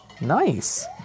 Nice